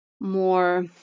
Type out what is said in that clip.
more